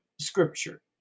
scripture